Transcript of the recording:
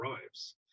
arrives